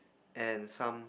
and some